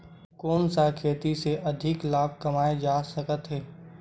कोन सा खेती से अधिक लाभ कमाय जा सकत हे?